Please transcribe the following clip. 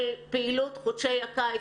בוקר טוב.